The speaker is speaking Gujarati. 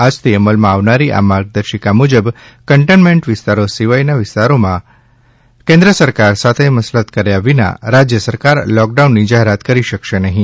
આજથી અમલમાં આવનારી આ માર્ગદર્શિકા મુજબ કન્ટેઇનમેન્ટ વિસ્તારો સિવાયના વિસ્તારોમાં કેન્દ્ર સરકાર સાથે મસલત કર્યા વિના રાજ્ય સરકાર લૉકડાઉનની જાહેરાત કરી શકશે નહીં